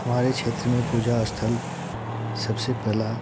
हमारे क्षेत्र में पूजा स्थल सबसे पहला